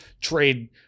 trade